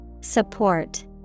Support